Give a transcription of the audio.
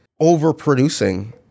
overproducing